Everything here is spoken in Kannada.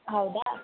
ಹೌದಾ